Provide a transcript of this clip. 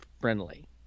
friendly